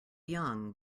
young